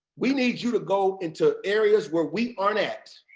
we need you to go into areas where we aren't at,